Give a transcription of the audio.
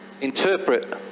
interpret